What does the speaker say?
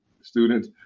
students